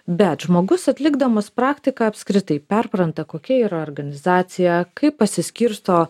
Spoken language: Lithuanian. bet žmogus atlikdamas praktiką apskritai perpranta kokia yra organizacija kaip pasiskirsto